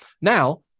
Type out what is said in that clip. Now